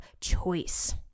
choice